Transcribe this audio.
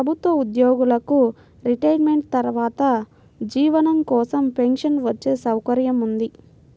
ప్రభుత్వ ఉద్యోగులకు రిటైర్మెంట్ తర్వాత జీవనం కోసం పెన్షన్ వచ్చే సౌకర్యం ఉంది